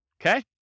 okay